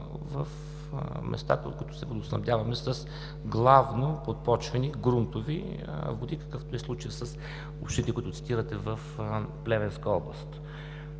в места, в които се водоснабдяваме главно с подпочвени, грунтови води, какъвто е случаят с общините, които цитирахте в Плевенска област.